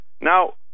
Now